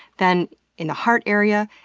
then in the heart area,